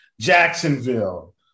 Jacksonville